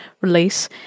release